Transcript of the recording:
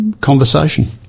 conversation